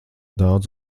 daudz